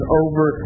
over